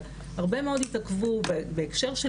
אבל הרבה מאוד דברים התעכבו בהקשר של